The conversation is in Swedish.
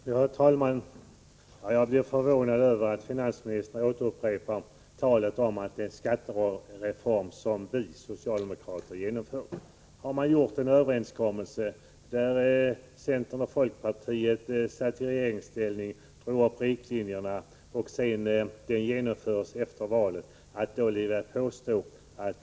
Herr talman! Jag blev förvånad över att finansministern åter talade om den skattereform som ”vi socialdemokrater” genomförde. Det träffades en överenskommelse med socialdemokraterna medan centern och folkpartiet satt i regeringsställning. Beslutet togs på våren 1982 och sedan genomfördes reformen åren 1983-1985.